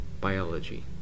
Biology